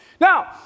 Now